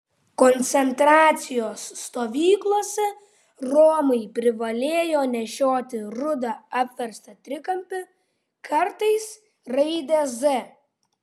koncentracijos stovyklose romai privalėjo nešioti rudą apverstą trikampį kartais raidę z